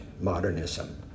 modernism